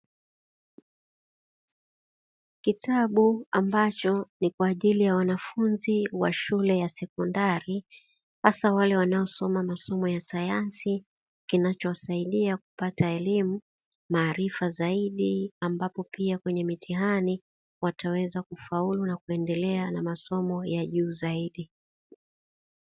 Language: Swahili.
Kitabu ambacho ni kwa ajili ya wanafunzi wa shule ya sekondari hasa wale wanaosoma masomo ya sayansi kinachosaidia kupata elimu, maarifa zaidi ambapo pia kwenye mitihani wataweza kufaulu na kuendelea na masomo ya juu zaidi.